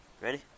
Ready